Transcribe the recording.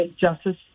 Justice